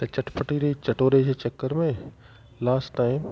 चटपटी रही चटोरे जे चकर में लास्ट टाइम